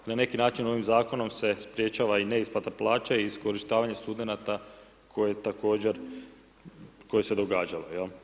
Na neki način ovim zakonom se sprječava i neisplata plaća i iskorištavanje studenata koji također, koji su se događali.